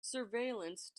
surveillance